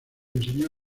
enseñó